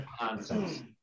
nonsense